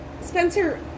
Spencer